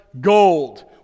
gold